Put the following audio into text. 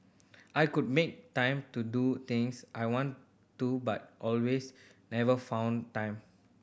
I could make time to do things I want to but always never found time